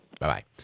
Bye-bye